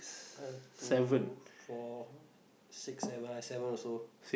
I have two four six seven seven also